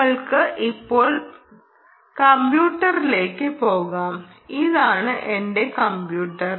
നമ്മൾക്ക് ഇപ്പോൾ കമ്പ്യൂട്ടറിലേക്ക് പോകാം ഇതാണ് എന്റെ കമ്പ്യൂട്ടർ